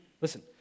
Listen